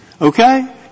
Okay